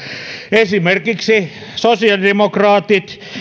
esimerkiksi sosiaalidemokraatit